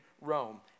Rome